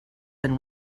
and